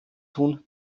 tun